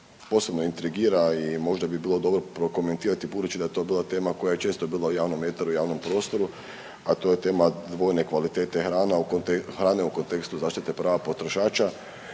posebno intrigira i možda bi bilo dobro prokomentirati budući da je to bila tema koja je često bila u javnom eteru i javnom prostoru, a to je tema dvojne kvalitete hrane u kontekstu zaštite prava potrošača